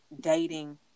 dating